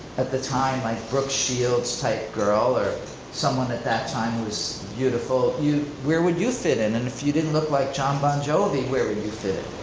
at the time, like, brooke shields type girl or someone at that time was beautiful, you, where would you fit in? and if you didn't look like jon bon jovi where would you fit in?